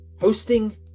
hosting